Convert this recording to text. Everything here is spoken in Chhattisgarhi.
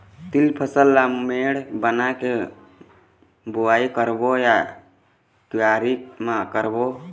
तील फसल ला मेड़ बना के बुआई करबो या क्यारी म करबो?